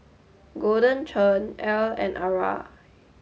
Golden Churn Elle and Arai